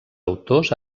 autors